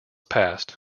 passed